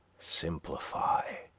simplify,